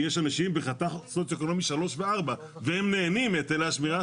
יש אנשים בחתך סוציו אקונומי 3 ו-4 והם נהנים מהיטלי השמירה,